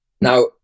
now